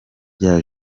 rya